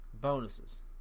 bonuses